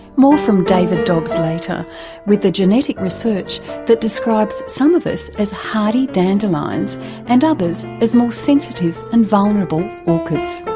more from david dobbs later with the genetic research that describes some of us as hardy dandelions and others as more sensitive and vulnerable orchids.